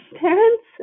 parents